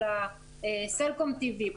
סלקום טי.וי,